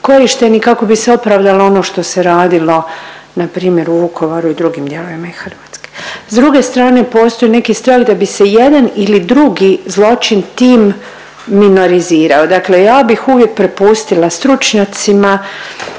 korišteni kako bi se opravdalo ono što se radilo npr. u Vukovaru i drugim dijelovima Hrvatske. S druge strane postoji neki strah da bi se jedan ili drugi zločin tim minorizirao, dakle, ja bih uvijek prepustila stručnjacima.